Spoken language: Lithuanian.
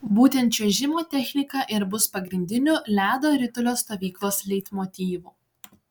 būtent čiuožimo technika ir bus pagrindiniu ledo ritulio stovyklos leitmotyvu